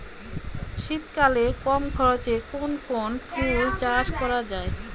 শীতকালে কম খরচে কোন কোন ফুল চাষ করা য়ায়?